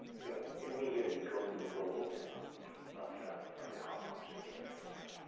you know, immediately go to the global minimum of the of the cost function j of theta.